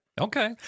Okay